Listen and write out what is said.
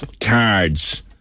Cards